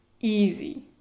easy